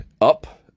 up